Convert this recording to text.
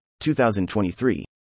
2023